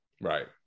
right